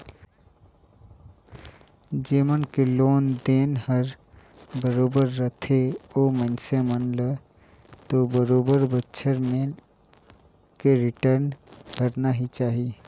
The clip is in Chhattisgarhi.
जेमन के लोन देन हर बरोबर रथे ओ मइनसे मन ल तो बरोबर बच्छर में के रिटर्न भरना ही चाही